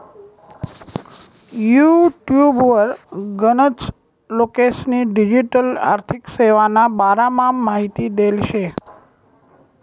युटुबवर गनच लोकेस्नी डिजीटल आर्थिक सेवाना बारामा माहिती देल शे